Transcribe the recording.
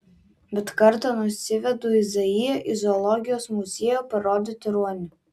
bet kartą nusivedu izaiją į zoologijos muziejų parodyti ruonių